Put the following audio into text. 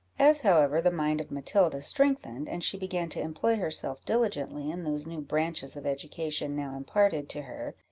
as, however, the mind of matilda strengthened, and she began to employ herself diligently in those new branches of education now imparted to her,